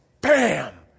Bam